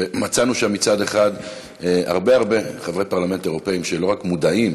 ומצאנו שם מצד אחד הרבה הרבה חברי פרלמנט אירופים שלא רק מודעים